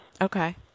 Okay